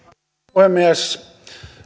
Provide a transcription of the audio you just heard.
puhemies